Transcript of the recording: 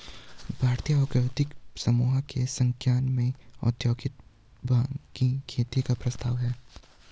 भारतीय औद्योगिक समूहों के संज्ञान में औद्योगिक भाँग की खेती का प्रस्ताव है